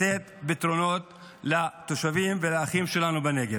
תיתן פתרונות לתושבים ולאחים שלנו בנגב.